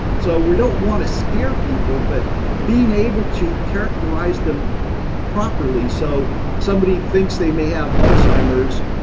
so we don't want to scare people, but being able to characterize them properly so somebody thinks they may have alzheimer's,